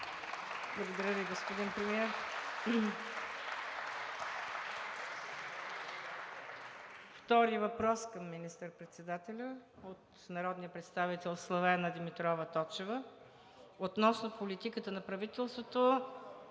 Благодаря ви, господин Премиер. Втори въпрос към министър-председателя от народния представител Славена Димитрова Точева относно политиката на правителството